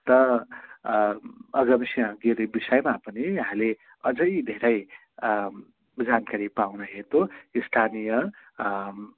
त अगमसिंह गिरी विषयमा पनि यहाँले अझै धेरै जानकारी पाउन हेतु स्थानीय